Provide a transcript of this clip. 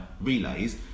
relays